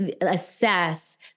assess